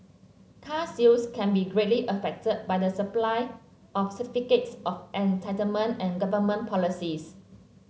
car sales can be greatly affected by the supply of certificates of entitlement and government policies